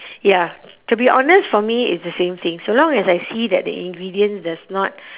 ya to be honest for me it's the same thing so long as I see that the ingredients does not